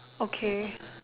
okay